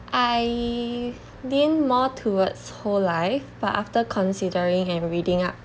I lean more towards whole life but after considering and reading up